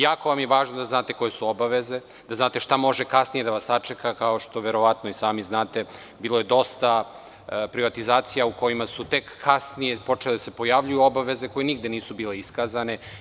Jako vam je važno da znate koje su vam obaveze, da znate šta može kasnije da vas sačeka, kako što verovatno i sami znate, jer bilo je dosta privatizacija u kojima su tek kasnije počele da se pojavljuju obaveze koje nigde nisu bile iskazane.